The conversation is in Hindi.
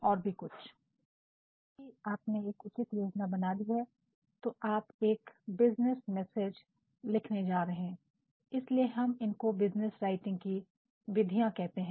अब क्योंकि आपने एक उचित योजना बना ली है तो आप एक बिजिनेस मैसेज लिखने जा रहे हैं इसलिए हम इनको बिज़नेस राइटिंग की विधियां कहते हैं